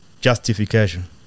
justification